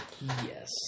Yes